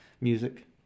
Music